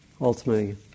ultimately